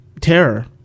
terror